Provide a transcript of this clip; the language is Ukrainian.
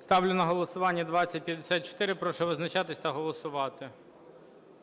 Ставлю на голосування 2054. Прошу визначатись та голосувати.